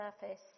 surface